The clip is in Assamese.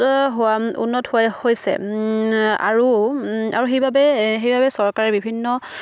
হোৱা উন্নত হোৱা হৈছে আৰু আৰু সেইবাবে চৰকাৰে বিভিন্ন